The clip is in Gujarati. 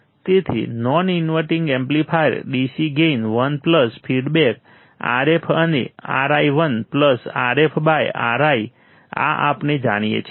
તેથી non inverting amplifier DC gain 1 plus feedback Rf અને Ri1 plus Rf by Ri આ આપણે જાણીએ છીએ